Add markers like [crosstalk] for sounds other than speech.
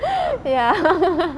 [breath] ya [laughs]